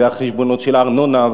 והחשבונות של הארנונה,